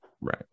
Right